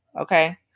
Okay